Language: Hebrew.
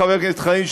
חבר הכנסת חנין,